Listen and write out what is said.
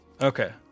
Okay